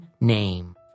name